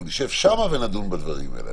אנחנו נשב שם ונדון בדברים האלה.